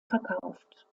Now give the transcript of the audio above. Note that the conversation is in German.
verkauft